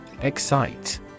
Excite